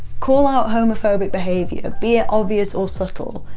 call out homophobic behaviour, be it obvious or subtle.